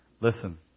listen